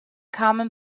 common